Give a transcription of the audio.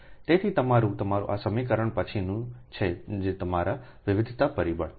તેથી તમારું તમારું આ સમીકરણ પછીનું છે તમારા વિવિધતા પરિબળ